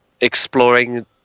exploring